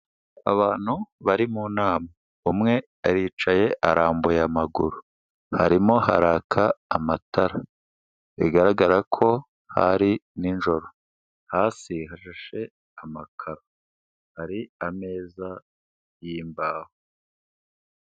Abantu bari mu nama, umwe aricaye arambuye amaguru, harimo haraka amatara bigaragara ko hari ninjoro, hasi hashashe amakaro, hari ameza y'imbaho.